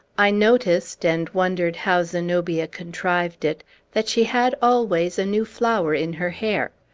i noticed and wondered how zenobia contrived it that she had always a new flower in her hair.